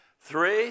Three